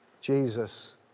Jesus